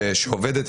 שעובדת.